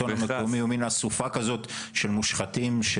המקומי הוא מן אסופה כזאת של מושחתים.